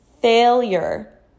failure